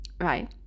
right